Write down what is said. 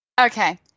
Okay